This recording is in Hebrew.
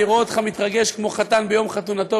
אני רואה אותך מתרגש כמו חתן ביום חתונתו,